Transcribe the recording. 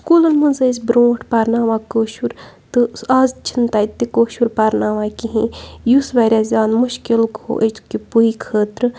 سکوٗلَن منٛز ٲسۍ برٛونٛٹھ پَرناوان کٲشُر تہٕ آز چھِنہٕ تَتہِ تہِ کٲشُر پَرناوان کِہیٖنۍ یُس واریاہ زیادٕ مُشکِل گوٚو أزۍ کہِ پُے خٲطرٕ